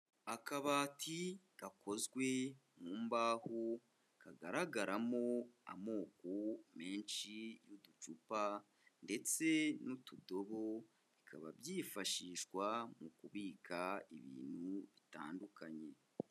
Akabati gakozwe mu mbaho kagaragaramo amoko menshi y'uducupa ndetse n'utudobo, bikaba byifashishwa mu kubika ibintu bitandukanye.